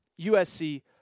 USC